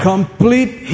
Complete